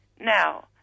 Now